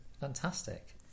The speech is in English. Fantastic